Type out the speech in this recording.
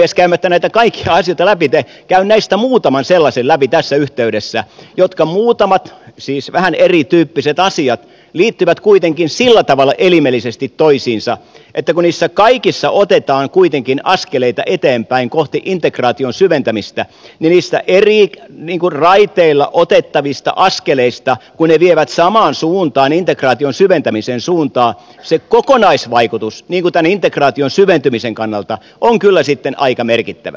käymättä näitä kaikkia asioita läpi käyn läpi tässä yhteydessä näistä muutaman sellaisen siis vähän erityyppisen asian jotka liittyvät kuitenkin sillä tavalla elimellisesti toisiinsa että niissä kaikissa otetaan kuitenkin askeleita eteenpäin kohti integraation syventämistä ja niistä eri raiteilla otettavista askeleista kun ne vievät samaan suuntaan kokonaisvaikutus tämän integraation syventymisen kannalta on kyllä sitten aika merkittävä